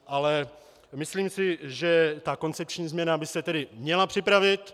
Ale myslím si, že koncepční změna by se měla připravit.